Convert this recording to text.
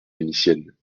vénitienne